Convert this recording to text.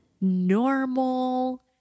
normal